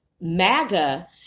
MAGA